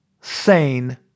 sane